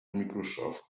microsoft